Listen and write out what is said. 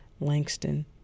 Langston